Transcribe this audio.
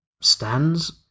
stands